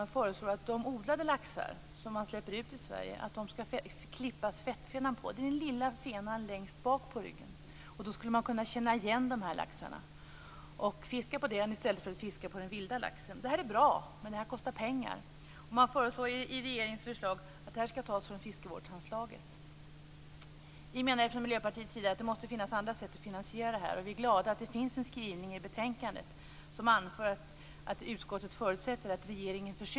Man föreslår att fettfenan, den lilla fenan längst bak på ryggen, skall klippas på de odlade laxar som släpps ut i Sverige. Det här är bra, men det kostar pengar. Regeringens förslag innebär att det här skall tas från fiskevårdsanslaget.